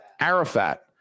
Arafat